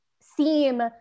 seem